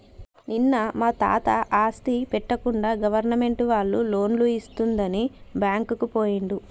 నిన్న మా తాత ఆస్తి పెట్టకుండా గవర్నమెంట్ వాళ్ళు లోన్లు ఇస్తుందని బ్యాంకుకు పోయిండు